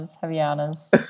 Havanas